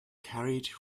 carried